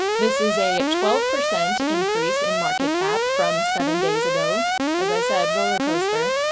this is a twelve percent increase in market cap from seven days ago as i said, roller coaster.